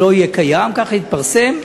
ככה התפרסם,